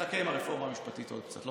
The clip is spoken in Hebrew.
נחכה עם הרפורמה המשפטית עוד קצת.